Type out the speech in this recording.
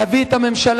להביא את הממשלה,